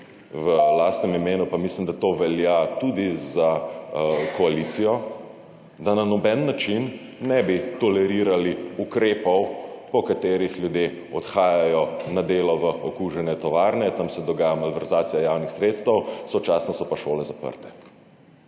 v lastnem imenu, pa mislim, da to velja tudi za koalicijo, da na noben način ne bi tolerirali ukrepov, po katerih ljudje odhajajo na delo v okužene tovarne, tam se dogaja malverzacija javnih sredstev, sočasno so pa šole zaprte.